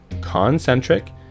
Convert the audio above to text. concentric